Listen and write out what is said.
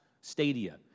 stadia